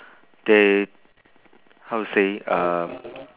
they how to say uh